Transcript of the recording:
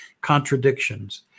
contradictions